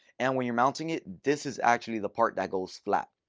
and when you're mounting it, this is actually the part that goes flat.